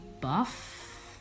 buff